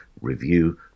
review